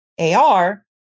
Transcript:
AR